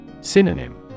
Synonym